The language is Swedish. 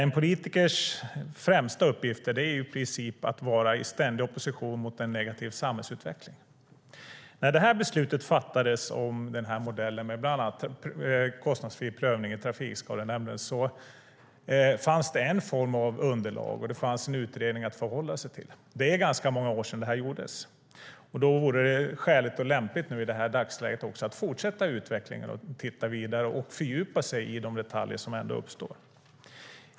En politikers främsta uppgift är i princip att vara i ständig opposition mot en negativ samhällsutveckling. När beslutet fattades om den här modellen med bland annat kostnadsfri prövning i Trafikskadenämnden fanns det en form av underlag och en utredning att förhålla sig till. Det är ganska många år sedan detta gjordes, och då vore det skäligt och lämpligt i dagsläget att fortsätta utvecklingen, titta vidare och fördjupa sig i de detaljer som ändå uppstår.